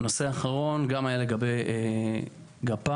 הנושא האחרון היה לגבי גפ"ם,